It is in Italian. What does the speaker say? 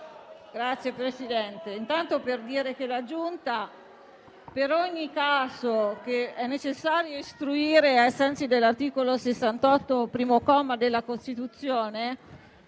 Signor Presidente, intanto vorrei dire che la Giunta, per ogni caso che è necessario istruire ai sensi dell'articolo 68, primo comma, della Costituzione,